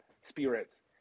spirits